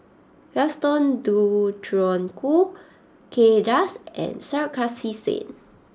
Gaston Dutronquoy Kay Das and Sarkasi Said